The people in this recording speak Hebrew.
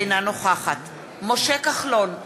אינה נוכחת משה כחלון,